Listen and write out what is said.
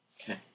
Okay